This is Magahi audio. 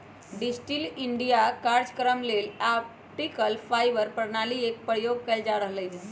डिजिटल इंडिया काजक्रम लेल ऑप्टिकल फाइबर प्रणाली एक प्रयोग कएल जा रहल हइ